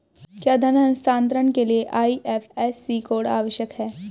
क्या धन हस्तांतरण के लिए आई.एफ.एस.सी कोड आवश्यक है?